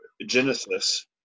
genesis